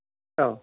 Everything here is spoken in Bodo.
औ